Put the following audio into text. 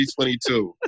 2022